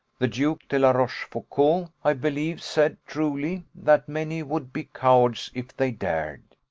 the duke de la rochefoucault, i believe, said truly, that many would be cowards if they dared